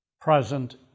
present